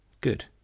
Good